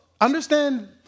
Understand